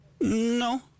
no